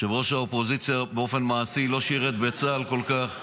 ראש האופוזיציה באופן מעשי לא שירת בצה"ל כל כך,